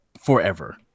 forever